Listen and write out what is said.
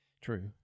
True